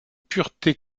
pureté